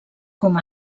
com